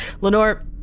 Lenore